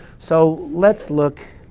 so let's look